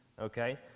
okay